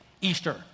Easter